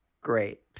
Great